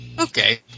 Okay